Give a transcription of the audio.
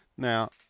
Now